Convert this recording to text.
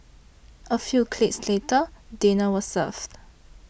a few clicks later dinner was served